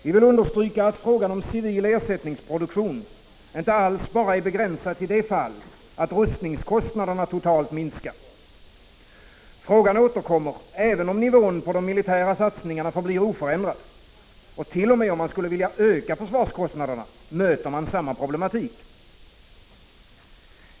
Vi vill understryka att frågan om civil ersättningsproduktion inte alls bara är begränsad till det fallet att rustningskostnaderna totalt minskar. Frågan återkommer, även om nivån på de militära satsningarna förblir oförändrad, och t.o.m. om man skulle vilja öka försvarskostnaderna, möter man samma problematik.